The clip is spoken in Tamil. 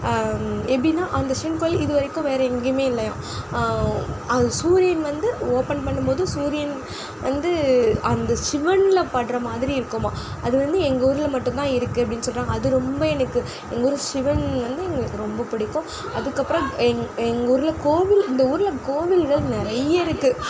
எப்படின்னா அந்த சிவன் கோவில் இது வரைக்கும் வேறு எங்கேயுமே இல்லையாம் அங்கே சூரியன் வந்து ஓப்பன் பண்ணும் போது சூரியன் வந்து அந்த சிவனில் படுகிற மாதிரி இருக்குமாம் அது வந்து எங்கூரில் மட்டும்தான் இருக்குது அப்படின்னு சொல்கிறாங்க அதுவும் ரொம்ப எனக்கு எங்கூர் சிவன் வந்து எங்களுக்கு ரொம்ப பிடிக்கும் அதுக்கப்புறம் எங் எங்கூரில் கோவில் இந்த ஊரில் கோவில்கள் நிறைய இருக்குது